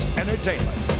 entertainment